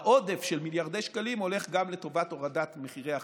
העודף של מיליארדי שקלים הולך גם לטובת הורדת מחירי החשמל,